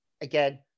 Again